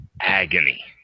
agony